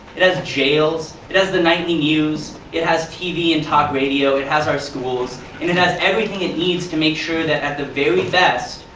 it has jails, it has the nightly news, it has tv and talk radio, it has our schools, and it has everything it needs to make sure that at the very best,